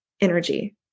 energy